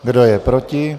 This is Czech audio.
Kdo je proti?